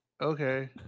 okay